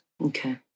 Okay